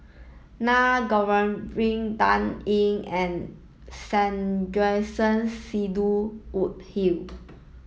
Naa Govindasamy Dan Ying and Sandrasegaran Sidney Woodhull